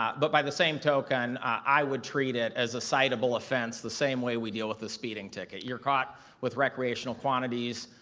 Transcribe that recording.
but by the same token i would treat it as a citable offense the same way we deal with a speeding ticket. you're taught with recreational quantities,